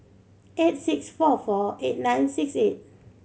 eight six four four eight nine six eight